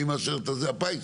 הפיס?